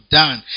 done